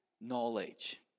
knowledge